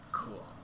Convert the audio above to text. Cool